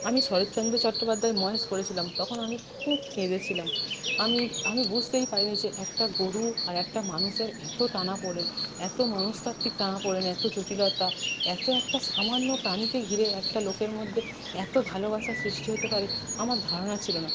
আমি শরৎচন্দ্র চট্টোপাধ্যায়ের মহেশ পড়েছিলাম তখন আমি খুব কেঁদেছিলাম আমি আমি বুঝতেই পারিনি যে একটা গরু আর একটা মানুষের এত টানাপোড়েন এত মনস্তাত্ত্বিক টানাপোড়েন এত জটিলতা এত একটা সামান্য প্রাণীকে ঘিরে একটা লোকের মধ্যে এত ভালোবাসা সৃষ্টি হতে পারে আমার ধারণা ছিল না